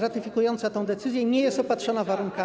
ratyfikująca tę decyzję nie jest opatrzona warunkami.